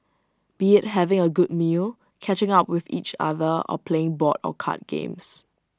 be IT having A good meal catching up with each other or playing board or card games